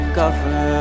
cover